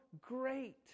great